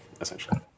essentially